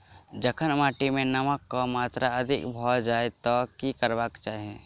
जखन माटि मे नमक कऽ मात्रा अधिक भऽ जाय तऽ की करबाक चाहि?